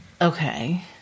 okay